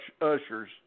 ushers